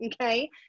Okay